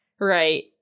Right